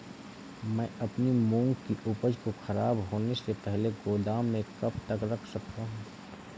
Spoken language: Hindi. मैं अपनी मूंग की उपज को ख़राब होने से पहले गोदाम में कब तक रख सकता हूँ?